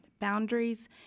boundaries